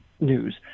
news